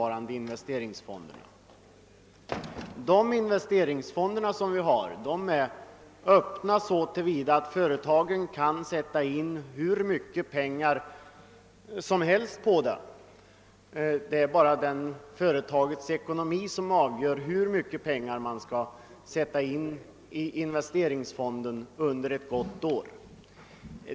De investeringsfonder som finns är öppna så till vida, att företagen kan sätta in hur mycket pengar som helst till dem — det är bara företagens ekonomi som avgör hur mycket pengar man sätter in i investeringsfonderna under ett gott år.